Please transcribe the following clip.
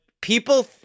people